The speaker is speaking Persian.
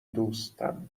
دوستم